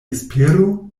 esperu